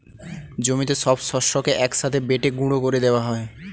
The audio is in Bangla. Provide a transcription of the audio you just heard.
জমিতে সব শস্যকে এক সাথে বেটে গুঁড়ো করে দেওয়া হয়